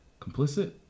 complicit